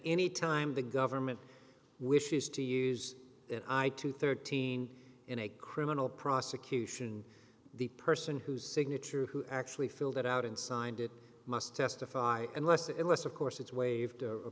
any time the government wishes to use it i to thirteen in a criminal prosecution the person whose signature who actually filled it out and signed it must testify unless it was of course it's waived